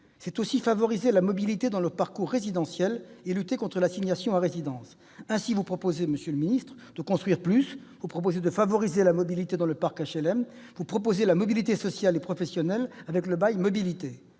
c'est aussi favoriser la mobilité dans le parcours résidentiel et lutter contre l'assignation à résidence. Vous proposez ainsi, monsieur le ministre, de construire plus ; vous proposez de favoriser la mobilité dans le parc d'HLM ; vous proposez la mobilité sociale et professionnelle avec le bail mobilité.